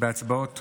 בהצעות חוק,